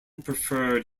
preferred